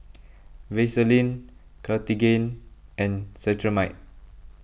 Vaselin Cartigain and Cetrimide